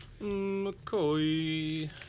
McCoy